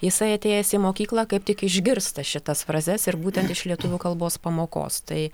jisai atėjęs į mokyklą kaip tik išgirsta šitas frazes ir būtent iš lietuvių kalbos pamokos tai